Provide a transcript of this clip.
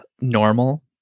normal